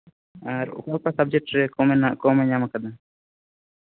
ᱟᱨ ᱚᱠᱟ ᱚᱠᱟ ᱥᱟᱵᱡᱮᱠᱴᱨᱮ ᱠᱚᱢᱮ ᱧᱟᱢ ᱠᱟᱫᱟ